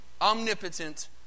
Omnipotent